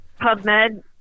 PubMed